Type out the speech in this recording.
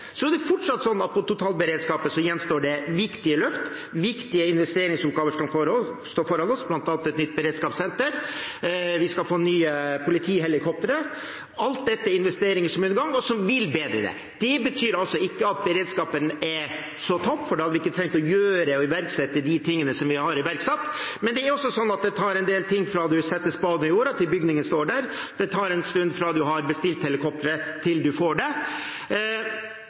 Så er det fortsatt sånn at det gjenstår viktige løft innen totalberedskapen. Viktige investeringsoppgaver står foran oss, bl.a. et nytt beredskapssenter, og vi skal få nye politihelikoptre. Alt dette er investeringer som er i gang, og som vil bedre det. Det betyr altså ikke at beredskapen er på topp, for da hadde vi ikke trengt å gjøre og iverksette det vi har iverksatt, men det tar en del tid fra en setter spaden i jorda til bygningen står der. Det tar en stund fra en har bestilt helikopteret, til en får det.